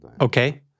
Okay